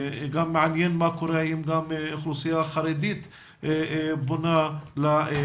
מעניין גם מה קורה עם האוכלוסייה החרדית והאם היא פונה למוקד.